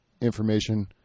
information